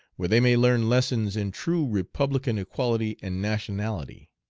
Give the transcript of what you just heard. where they may learn lessons in true republican equality and nationality.